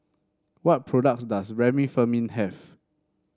what products does Remifemin have